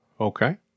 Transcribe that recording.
okay